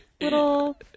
little